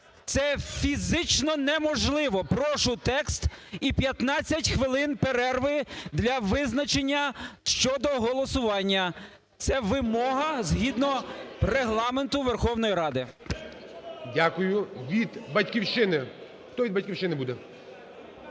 Це фізично неможливо. Прошу текст і 15 хвилин перерви для визначення щодо голосування. Це вимога згідно Регламенту Верховної Ради. ГОЛОВУЮЧИЙ. Дякую. Від "Батьківщини". Хто від "Батьківщини" буде?